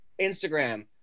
Instagram